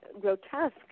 grotesque